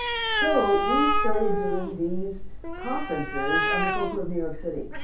so, we started doing these conferences on the folklore of new york city,